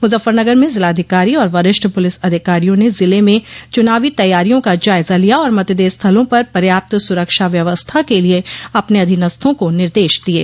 मुजफ्फरगनर में जिलाधिकारी और वरिष्ठ पुलिस अधिकारियों ने जिले में चनावी तैयारियों का जायजा लिया और मतदेय स्थलों पर पर्याप्त सुरक्षा व्यवस्था के लिए अपने अधीनस्थों को निर्देश दिये